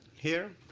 here.